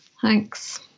Thanks